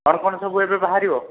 କ'ଣ କ'ଣ ସବୁ ଏବେ ବାହାରିବ